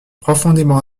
profondément